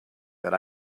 that